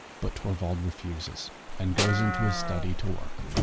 but torvald refuses and goes into his study to work.